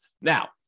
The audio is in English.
Now